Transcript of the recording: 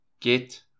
Get